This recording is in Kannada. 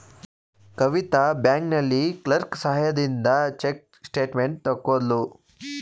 ಕವಿತಾ ಬ್ಯಾಂಕಿನಲ್ಲಿ ಕ್ಲರ್ಕ್ ಸಹಾಯದಿಂದ ಚೆಕ್ ಸ್ಟೇಟ್ಮೆಂಟ್ ತಕ್ಕೊದ್ಳು